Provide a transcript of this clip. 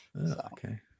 Okay